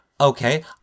Okay